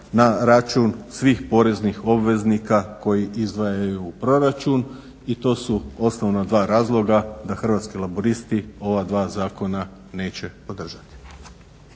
na račun svih poreznih obveznika koji izdvajaju u proračun. I to su osnovna dva razloga da Hrvatski laburisti ova dva zakona neće podržati.